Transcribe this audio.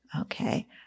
Okay